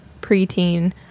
preteen